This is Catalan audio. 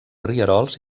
rierols